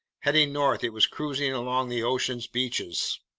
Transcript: heading north, it was cruising along the ocean's beaches.